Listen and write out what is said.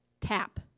tap